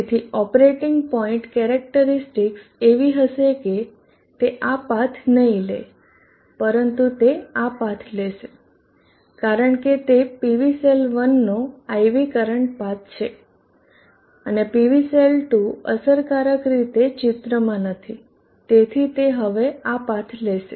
તેથી operating point characteristics એવી હશે કે તે આ પાથ નહીં લે પરંતુ તે આ પાથ લેશે કારણ કે તે PV સેલ 1નો IV કરંટ પાથ છે અને PV સેલ 2 અસરકારક રીતે ચિત્રમાં નથી તેથી તે હવે આ પાથ લેશે